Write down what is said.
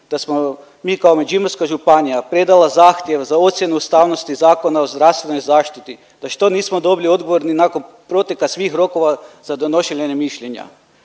da smo mi kao Međimurska županija predala zahtjev za ocjenu ustavnosti Zakona o zdravstvenoj zaštiti, na što nismo dobili odgovor ni nakon proteka svih rokova za donošenje mišljenja.